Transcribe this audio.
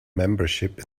membership